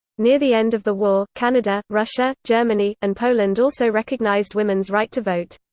near the end of the war, canada, russia, germany, and poland also recognized women's right to vote.